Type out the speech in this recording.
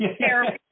terrible